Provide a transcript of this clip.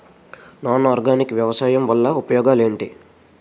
Non organic వ్యవసాయం వల్ల ఉపయోగాలు ఏంటీ?